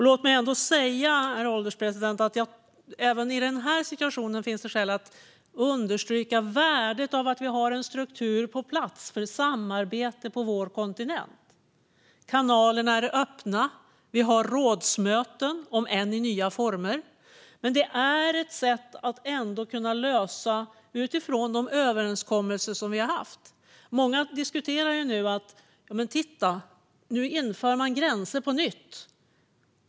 Låt mig säga, herr ålderspresident, att det även i denna situation finns skäl att understryka värdet av att vi har en struktur på plats för samarbete på vår kontinent. Kanalerna är öppna, och vi har rådsmöten, om än i nya former. Det är ett sätt att lösa saker utifrån de överenskommelser som vi har. Nu är det många som diskuterar och säger: Titta, nu införs gränser på nytt!